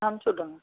அமுச்சிவிட்ருங்க